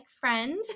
friend